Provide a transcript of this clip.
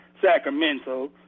Sacramento